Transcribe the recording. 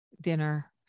dinner